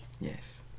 Yes